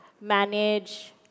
manage